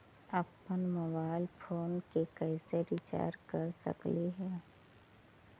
अप्पन mobile phone के कैसे रिचार्ज कर सकली हे?